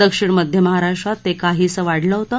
दक्षिण मध्य महाराष्ट्रात ते काहीसं वाढलं होतं